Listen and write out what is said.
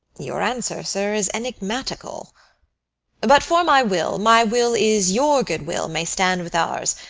your answer, sir, is enigmatical but, for my will, my will is your good will may stand with ours,